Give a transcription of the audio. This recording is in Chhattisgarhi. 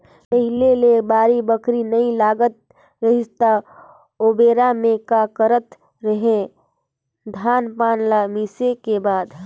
पहिले ले बाड़ी बखरी नइ लगात रहें त ओबेरा में का करत रहें, धान पान ल मिसे के बाद